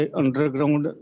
underground